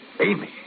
Amy